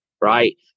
Right